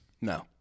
No